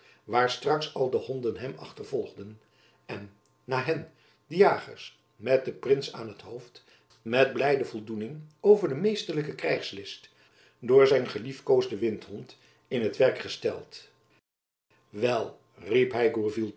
waar straks al de honden hem achtervolgden en na hen de jagers met den prins aan t hoofd met blijde voldoening over de meesterlijke krijgslist door zijn geliefkoosden windhond in t werk gesteld wel